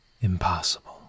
impossible